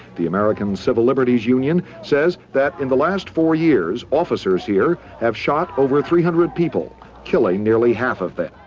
the american civil liberties union says that in the last four years, officers here have shot over three hundred people killing nearly half of them.